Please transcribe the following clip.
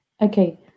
Okay